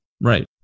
right